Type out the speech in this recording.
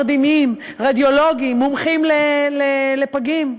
מרדימים, רדיולוגים, מומחים לפגים,